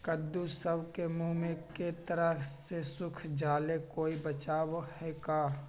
कददु सब के मुँह के तरह से सुख जाले कोई बचाव है का?